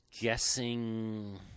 guessing